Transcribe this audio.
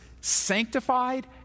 sanctified